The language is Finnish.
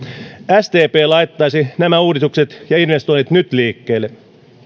sdp laittaisi nämä uudistukset ja investoinnit nyt liikkeelle